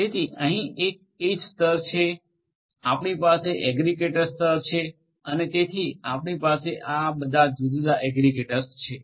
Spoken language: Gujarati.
તેથી આ અહીં એક એજ સ્તર છે આપણી પાસે એગ્રીગેટર સ્તર છે અને તેથી આપણી પાસે આ બધા જુદા જુદા એગ્રીગેટર્સ છે